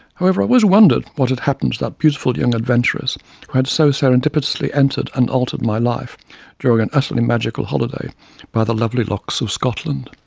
however i always wondered what had happened to that beautiful young adventuress who had so serendipitously entered and altered my life during an utterly magical holiday by the lovely lochs of scotland.